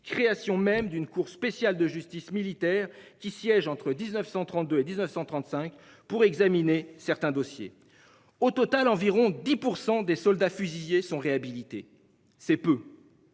Création même d'une cour spéciale de justice militaire qui siège entre 1932 et 1935 pour examiner certains dossiers. Au total, environ 10 pour % des soldats, fusillés sont réhabilités. C'est peu.